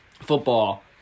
football